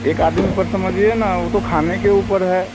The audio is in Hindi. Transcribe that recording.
एक आदमी पर समझिए न उ तो खाने के ऊपर है